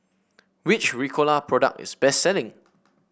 which Ricola product is best selling